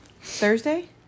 Thursday